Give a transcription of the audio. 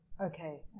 Okay